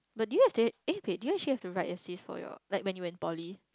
but do you have it eh wait do you still have to write thesis for your like when you're in poly